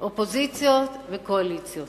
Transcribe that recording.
אופוזיציות וקואליציות,